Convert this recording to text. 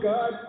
God